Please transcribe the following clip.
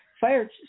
fire